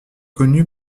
connue